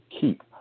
keep